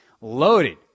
loaded